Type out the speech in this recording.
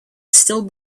still